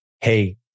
hey